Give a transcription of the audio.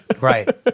Right